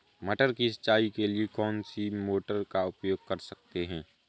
मटर की सिंचाई के लिए कौन सी मोटर का उपयोग कर सकते हैं?